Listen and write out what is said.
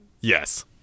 Yes